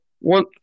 One